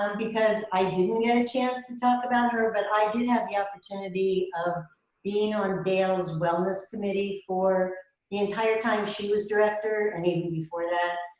um because i didn't get a chance to talk about her, but i did have the opportunity of being on dale's wellness committee for the entire time she was director, and even before that.